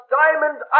diamond